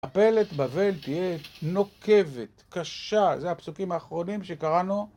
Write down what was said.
מפלת בבל תהיה נוקבת, קשה. זה הפסוקים האחרונים שקראנו.